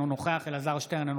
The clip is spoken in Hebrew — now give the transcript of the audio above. אינו נוכח אלעזר שטרן,